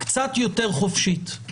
יותר חופשית,